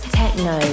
techno